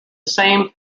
same